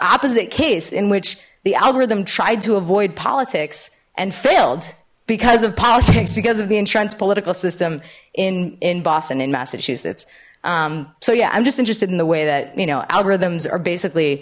opposite case in which the algorithm tried to avoid politics and failed because of politics because of the entrenched political system in in boston in massachusetts so yeah i'm just interested in the way that you know algorithms are basically